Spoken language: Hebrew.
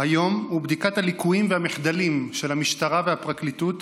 היום הוא בדיקת הליקויים והמחדלים של המשטרה והפרקליטות